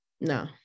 No